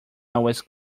always